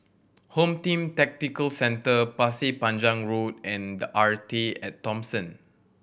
Home Team Tactical Centre Pasir Panjang Road and The Arte At Thomson